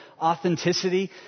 authenticity